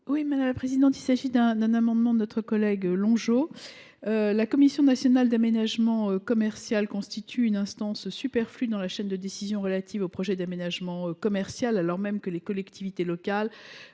à Mme Nathalie Goulet. Il s’agit d’un amendement de Jean François Longeot. La Commission nationale d’aménagement commercial (Cnac) constitue une instance superflue dans la chaîne de décision relative aux projets d’aménagement commercial, alors même que les collectivités locales